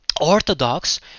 orthodox